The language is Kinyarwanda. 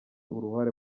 uruhare